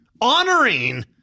honoring